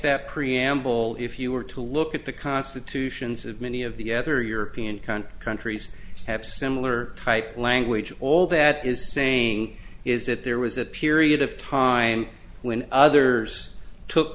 that preamble if you were to look at the constitutions of many of the other european countries countries have similar type language all that is saying is that there was a period of time when others took